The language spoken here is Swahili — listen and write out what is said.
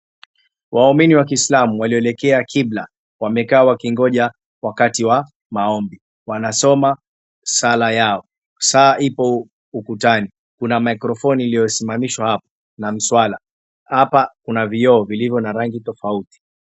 Waumini wa kiislamu waliolekea kibla wamekaa wakingoja wakati wa maombi. Wanasoma sala yao. Saa ipo ukutani. Kuna maikrofoni iliyosimamishwa hapo na mswala. Hapa kuna vioo vilivyo na rangi tofauti.